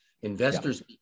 Investors